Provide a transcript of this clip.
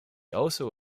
also